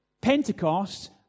Pentecost